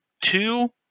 two